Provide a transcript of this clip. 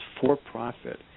for-profit